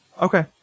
Okay